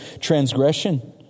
transgression